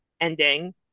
ending